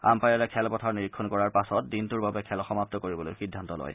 আম্পায়াৰে খেলপথাৰ নিৰীক্ষণ কৰাৰ পাছত দিনটোৰ বাবে খেল সমাপ্ত কৰিবলৈ সিদ্ধান্ত লয়